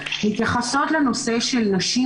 אנחנו מתייחסות לנושא של נשים,